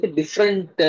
different